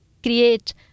Create